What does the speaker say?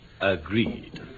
Agreed